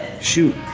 Shoot